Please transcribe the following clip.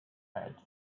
had